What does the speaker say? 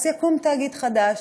אז יקום תאגיד חדש,